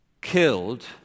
killed